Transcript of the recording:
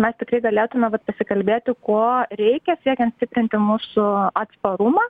mes tikrai galėtume vat pasikalbėti ko reikia siekiant stiprinti mūsų atsparumą